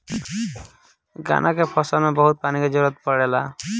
गन्ना के फसल में बहुत पानी के जरूरत पड़ेला